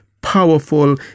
powerful